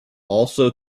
also